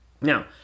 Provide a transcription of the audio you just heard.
Now